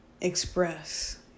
express